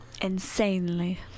Insanely